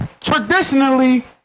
traditionally